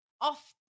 off